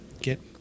get